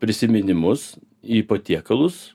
prisiminimus į patiekalus